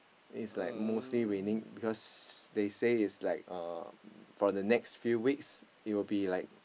is like mostly raining because they say is like uh for the next few weeks it will be like